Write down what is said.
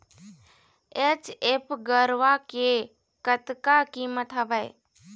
HF गरवा के कतका कीमत हवए?